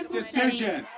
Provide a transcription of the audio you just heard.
decision